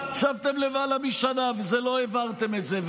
אתם ישבתם פה קדנציה שלמה ולא עשיתם את זה.